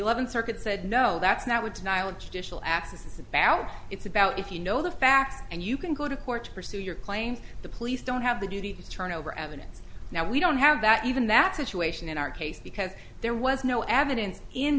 eleventh circuit said no that's not what denial and judicial access it's about it's about if you know the facts and you can go to court to pursue your claims the police don't have the duty to turn over evidence now we don't have that even that situation in our case because there was no evidence in